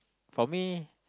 for me